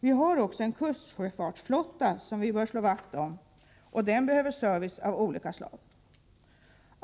Vi har också en kustsjöfartsflotta som vi bör slå vakt om, och den behöver service av olika slag.